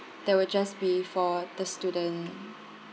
there will just be for the student